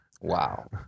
Wow